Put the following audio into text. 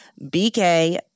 BK